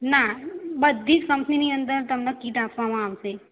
ના બધી જ કમ્પનીની અંદર તમને કીટ આપવામાં આવશે